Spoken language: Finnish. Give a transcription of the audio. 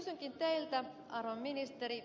kysynkin teiltä arvon ministeri